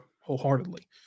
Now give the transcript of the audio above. wholeheartedly